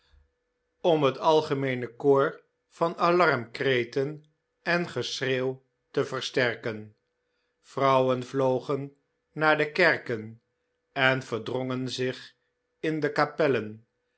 om het algemeene koor van alarm kreten en geschreeuw te versterken vrouwen vlogen naar de kerken en verdrongen zich in de kapellen